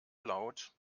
laut